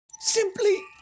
Simply